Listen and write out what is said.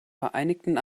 vereinigten